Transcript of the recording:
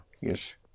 yes